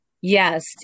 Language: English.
yes